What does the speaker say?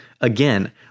Again